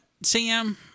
Sam